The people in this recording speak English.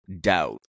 doubt